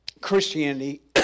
Christianity